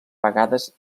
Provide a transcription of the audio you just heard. vegades